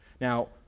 Now